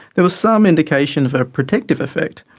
there was some indication of a protective effect.